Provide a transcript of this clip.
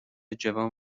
جوان